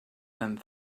and